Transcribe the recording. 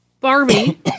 Barbie